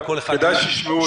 כדאי שישמעו אותנו.